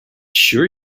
sure